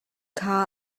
kha